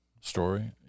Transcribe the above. story